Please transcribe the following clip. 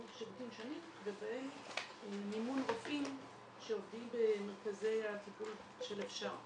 שירותים שונים ובהם מימון רופאים שעובדים במרכזי הטיפול של "אפשר".